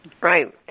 Right